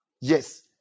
yes